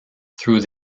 through